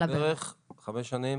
אני גם קטוע מעל הברך חמש שנים.